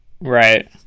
Right